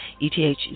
ETH